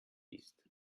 ist